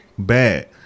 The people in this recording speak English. bad